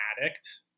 addict